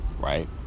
Right